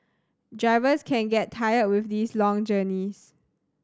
drivers can get tired with these long journeys